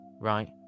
right